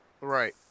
Right